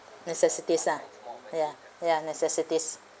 necessities lah ya ya necessities